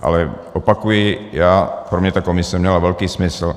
Ale opakuji, pro mě ta komise měla velký smysl.